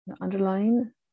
underline